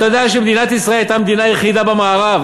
אתה יודע שמדינת ישראל הייתה המדינה היחידה במערב,